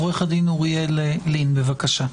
עורך הדין אוריאל לין, בבקשה.